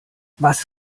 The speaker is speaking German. was